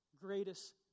greatest